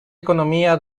economía